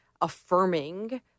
affirming